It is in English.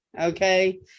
Okay